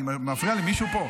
אני מפריע למישהו פה?